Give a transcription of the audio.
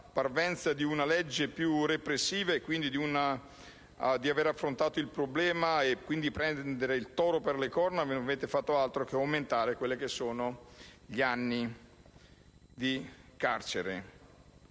di una legge più repressiva, di aver affrontato il problema e quindi di prendere il toro per le corna, non avete fatto altro che aumentare gli anni di carcere.